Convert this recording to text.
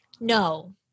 No